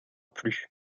plus